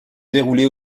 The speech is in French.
déroulées